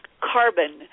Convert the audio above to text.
carbon